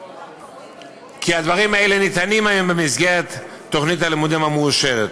כי הדברים האלה ניתנים היום במסגרת תוכנית הלימודים המאושרת.